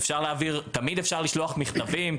תמיד אפשר לשלוח מכתבים,